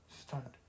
Stunned